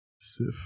sif